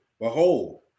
Behold